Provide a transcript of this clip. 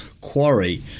quarry